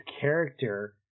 character